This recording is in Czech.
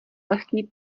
lehký